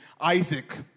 Isaac